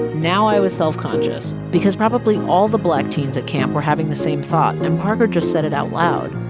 now i was self-conscious because probably all the black teens at camp were having the same thought, and parker just said it out loud.